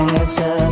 answer